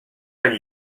pel